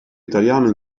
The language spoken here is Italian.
italiano